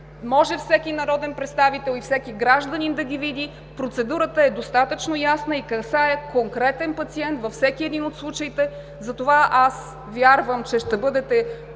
Може всеки народен представител и всеки гражданин да ги види. Процедурата е достатъчно ясна и касае конкретен пациент във всеки един от случаите. Затова аз вярвам, че ще бъдете